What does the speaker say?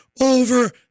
over